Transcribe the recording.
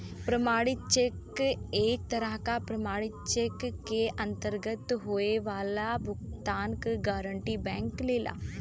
प्रमाणित चेक एक तरह क प्रमाणित चेक के अंतर्गत होये वाला भुगतान क गारंटी बैंक लेला